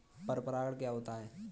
पर परागण क्या होता है?